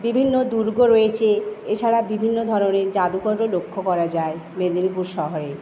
বিভিন্ন দুর্গ রয়েছে এছাড়া বিভিন্ন ধরনের জাদুঘরও লক্ষ্য করা যায় মেদিনীপুর শহরে